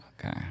Okay